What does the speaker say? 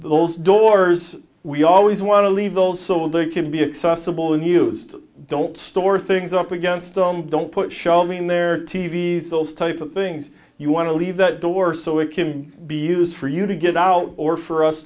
those doors we always want to leave those so they can be accessible and used don't store things up against them don't put shelley in their t v s those type of things you want to leave that door so it can be used for you to get out or for us